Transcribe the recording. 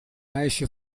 meisje